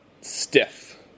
stiff